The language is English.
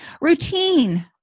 Routine